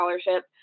scholarship